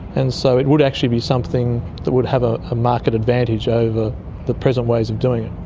and so it would actually be something that would have a ah market advantage over the present ways of doing it.